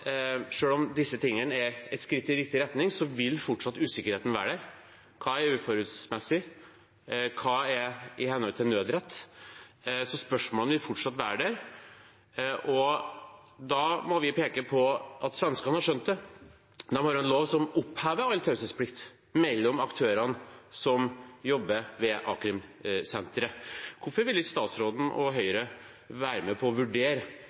om disse tingene er et skritt i riktig retning, vil fortsatt usikkerheten være der. Hva er uforholdsmessig? Hva er i henhold til nødrett? Spørsmålene vil fortsatt være der. Da må vi peke på at svenskene har skjønt det. De har en lov som opphever all taushetsplikt mellom aktørene som jobber ved a-krimsentre. Hvorfor vil ikke statsråden og Høyre være med på å vurdere